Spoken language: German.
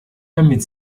damit